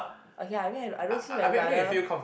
okay lah I mean I don't see my brother